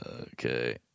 okay